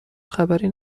خبری